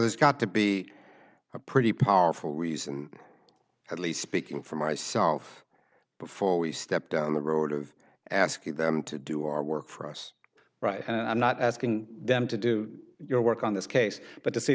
there's got to be a pretty powerful reason at least speaking for myself before we step down the road of asking them to do our work for us right and i'm not asking them to do your work on this case but t